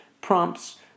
prompts